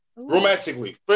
Romantically